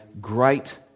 great